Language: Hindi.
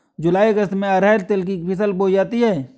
जूलाई अगस्त में अरहर तिल की फसल बोई जाती हैं